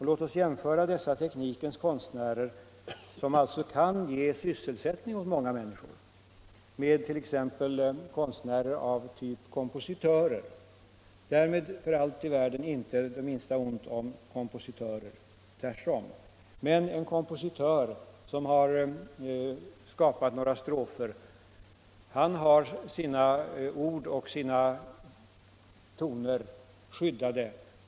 Låt oss jämföra dessa ”teknikens konstnärer” — som kan ge många människor sysselsättning — med t.ex. konstnärer av typ kompositörer; därmed inte någonting ont om kompositörer — tvärtom. En kompositör som har skapat några satser har sina ord och toner skyddade.